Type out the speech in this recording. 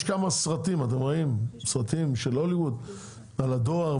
יש כמה סרטים שנעשו בהוליווד על הדואר,